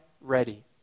ready